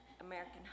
American